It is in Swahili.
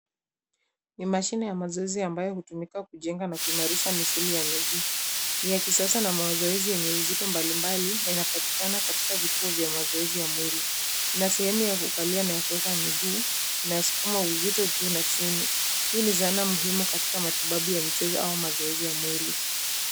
Ni mashine ya mazoezi ambayo hutumika kujenga na kuimarisha misuli ya miguu. Ni ya kisasa na mazoezi yenye uzito mbalimbali na inapatikana katika vituo vya mazoezi ya mwili. Ina sehemu ya kukalia na kuweka miguu inasukuma uzito, juu na chini. Hii ni zana muhimu katika matibabu ya michezo au mazoezi ya mwili.